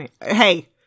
Hey